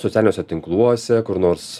socialiniuose tinkluose kur nors